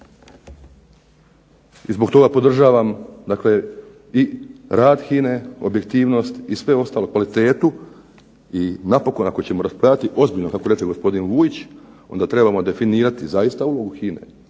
I zbog toga podržavam dakle i rad HINA-e, objektivnost i sve ostalo kvalitetu i napokon ako ćemo raspravljati ozbiljno kako reče gospodin Vujić onda trebamo definirati zaista ulogu HINA-e,